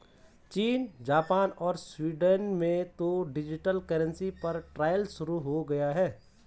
चीन, जापान और स्वीडन में तो डिजिटल करेंसी पर ट्रायल शुरू हो गया है